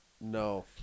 No